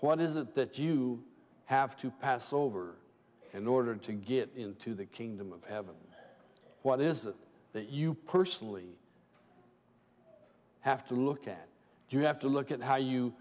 what is it that you have to pass over in order to get into the kingdom of heaven what is it that you personally have to look at you have to look at how you